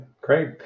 great